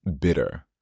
bitter